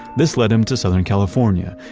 this led him to southern california,